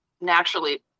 naturally